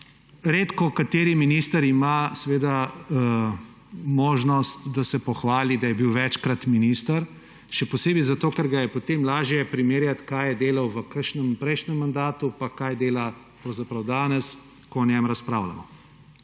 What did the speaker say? Redkokateri minister ima seveda možnost, da se pohvali, da je bil večkrat minister, še posebej zato, ker ga je potem lažje primerjati, kaj je delal v kakšnem prejšnjem mandatu pa kaj dela pravzaprav danes, ko o njem razpravljamo.